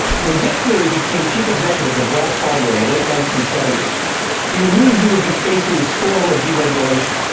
when dick cooley became chief executive of wells fargo in the late nineteen seventy s he knew he would be facing the storm of deregulation,